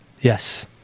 Yes